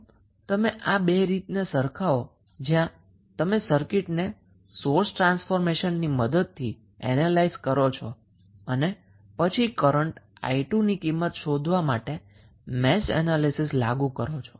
આમ જો તમે આ બે મેથડ ને સરખાવો જ્યાં તમે સર્કિટને સોર્સ ટ્રાન્સફોર્મેશનની મદદથી એનેલાઈઝ કરો છો અને પછી કરન્ટ 𝑖2 ની વેલ્યુ શોધવા માટે મેશ એનાલીસીસ લાગુ કરો છો